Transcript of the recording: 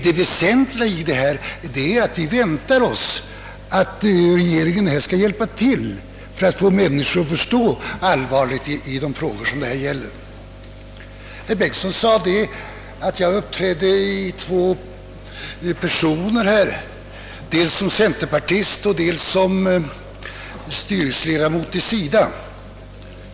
Det väsentliga i vad vi sagt är att vi väntar oss att regeringen skall hjälpa till att få människorna att förstå allvaret i dessa frågor. Herr Bengtsson sade vidare att jag uppträdde i två skepnader, dels som centerpartist och dels som styrelseledamot i SIDA.